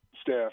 staff